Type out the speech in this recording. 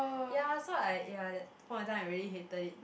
ya so like ya that point of time I really hated it